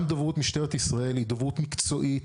גם דוברות משטרת ישראל היא דוברות מקצועית,